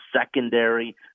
secondary